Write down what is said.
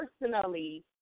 personally